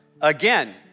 again